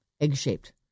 egg-shaped